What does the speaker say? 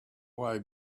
way